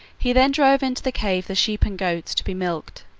he then drove into the cave the sheep and goats to be milked,